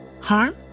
Harm